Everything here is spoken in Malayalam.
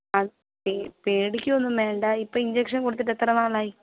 അത് പേടിക്കുവൊന്നും വേണ്ട ഇപ്പം ഇഞ്ചക്ഷന് കൊടുത്തിട്ട് എത്ര നാളായി